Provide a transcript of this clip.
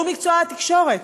והוא מקצוע התקשורת.